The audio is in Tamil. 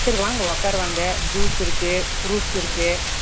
சரி வாங்க உக்கார வாங்க ஜூஸ்ருக்கு ஃப்ரூட்ஸ்ருக்கு